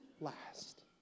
last